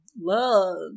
love